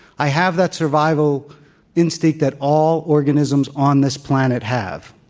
i have that survival instinct that all organisms on this planet have.